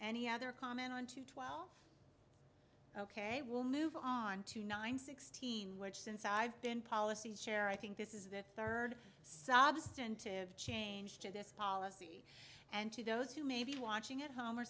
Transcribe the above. any other comment on to twelve ok we'll move on to nine sixteen which since i've been policy chair i think this is the third saabs attentive change to this policy and to those who may be watching at home or